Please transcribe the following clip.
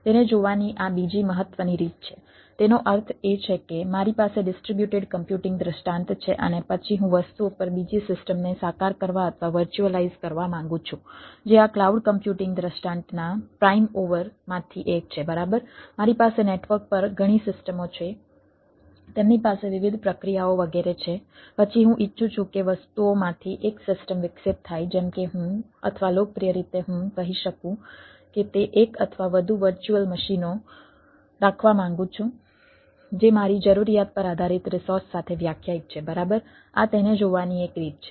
તેને જોવાની આ બીજી મહત્વની રીત છે તેનો અર્થ એ છે કે મારી પાસે ડિસ્ટ્રિબ્યુટેડ કમ્પ્યુટિંગ દૃષ્ટાંત છે અને પછી હું વસ્તુઓ પર બીજી સિસ્ટમને સાકાર કરવા અથવા વર્ચ્યુઅલાઈઝ મશીનો રાખવા માંગુ છું જે મારી જરૂરિયાત પર આધારિત રિસોર્સ સાથે વ્યાખ્યાયિત છે બરાબર આ તેને જોવાની એક રીત છે